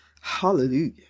Hallelujah